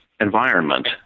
environment